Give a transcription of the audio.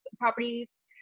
properties